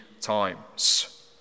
times